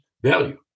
value